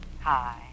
Hi